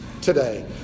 today